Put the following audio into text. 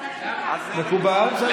סליחה, מקובל לציין את זה לפרוטוקול.